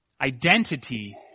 identity